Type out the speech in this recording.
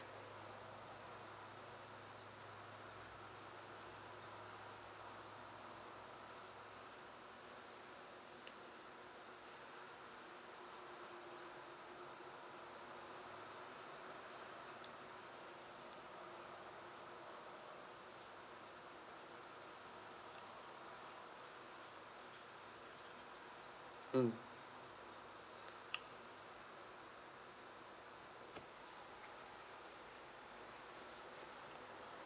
mm